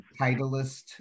Titleist